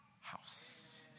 house